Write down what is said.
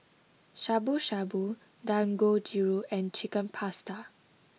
Shabu Shabu Dangojiru and Chicken Pasta